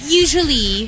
usually